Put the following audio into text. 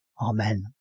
Amen